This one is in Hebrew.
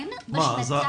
כן, בשנתיים האחרונות.